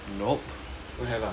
don't have ah